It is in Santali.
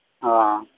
ᱚᱻ